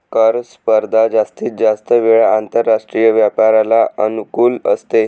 कर स्पर्धा जास्तीत जास्त वेळा आंतरराष्ट्रीय व्यापाराला अनुकूल असते